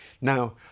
now